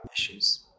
issues